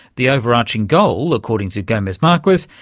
the over-arching goal, according to gomez-marquez,